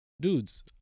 Dudes